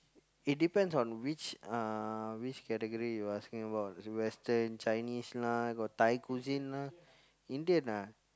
it depends on which uh which category you asking about is it Western Chinese lah got Thai Cuisine lah Indian ah